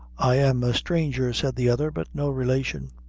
i am a stranger, said the other but no relation.